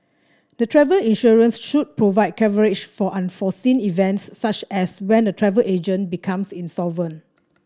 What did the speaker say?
the travel insurance should provide coverage for unforeseen events such as when a travel agent becomes insolvent